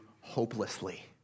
hopelessly